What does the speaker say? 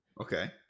okay